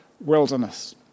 wilderness